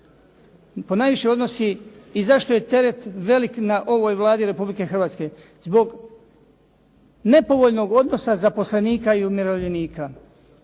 ponajviše odnosi i zašto je teret velik na ovoj Vladi Republike Hrvatske. Zbog nepovoljnog odnosa zaposlenika i umirovljenika.